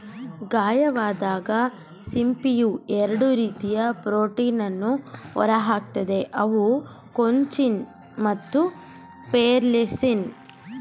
ಗಾಯವಾದಾಗ ಸಿಂಪಿಯು ಎರಡು ರೀತಿಯ ಪ್ರೋಟೀನನ್ನು ಹೊರಹಾಕ್ತದೆ ಅವು ಕೊಂಚಿನ್ ಮತ್ತು ಪೆರ್ಲುಸಿನ್